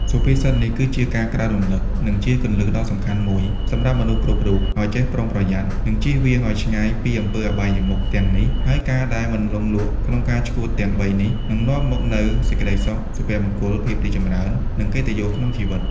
សុភាសិតនេះគឺជាការក្រើនរំលឹក និងជាគន្លឹះដ៏សំខាន់មួយសម្រាប់មនុស្សគ្រប់រូប ឲ្យចេះប្រុងប្រយ័ត្ន និងចៀសវាងឲ្យឆ្ងាយពីអំពើអបាយមុខទាំងនេះ ហើយការដែលមិនលង់លក់ក្នុងការឆ្កួតទាំងបីនេះ នឹងនាំមកនូវសេចក្តីសុខ សុភមង្គល ភាពរីកចម្រើន និងកិត្តិយសក្នុងជីវិត។